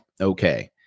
okay